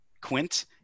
Quint